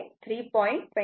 23V असे येते